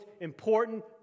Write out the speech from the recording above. important